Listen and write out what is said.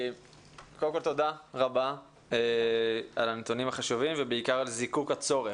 תודה רבה על הנתונים החשובים ובעיקר על זיקוק הצורך.